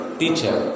teacher